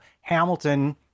Hamilton